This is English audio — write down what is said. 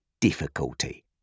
difficulty